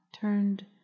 turned